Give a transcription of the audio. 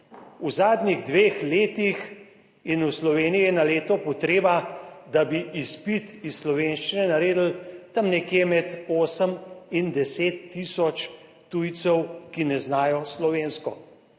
V zadnjih dveh letih in v Sloveniji je na leto potreba, da bi izpit iz slovenščine naredili tam nekje med 8 in 10 tisoč tujcev, ki ne znajo slovensko.